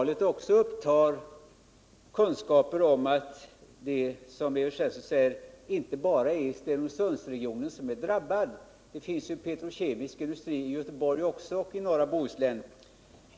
Lägesrapporten upptar också kunskaper om att det, som Evert Svensson sade, inte bara är Stenungsundsregionen som är drabbad. Det finns ju petrokemiska industrier också i Göteborg och i norra Bohuslän.